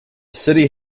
city